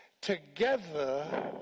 together